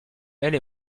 elle